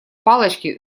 палочки